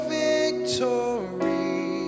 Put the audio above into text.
victory